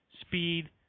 speed